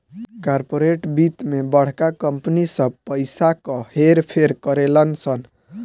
corporate वित्त मे बड़का कंपनी सब पइसा क हेर फेर करेलन सन